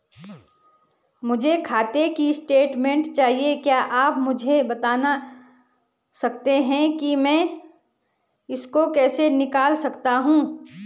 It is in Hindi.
मुझे खाते की स्टेटमेंट चाहिए क्या आप मुझे बताना सकते हैं कि मैं इसको कैसे निकाल सकता हूँ?